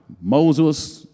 Moses